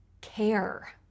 care